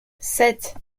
sept